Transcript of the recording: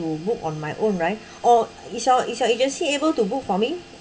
book on my own right or is your is your agency able to book for me